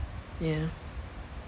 yeah